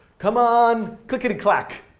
c'mon, clickety clack,